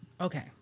Okay